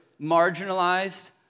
marginalized